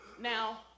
Now